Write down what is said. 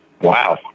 Wow